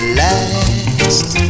last